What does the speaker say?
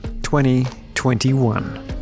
2021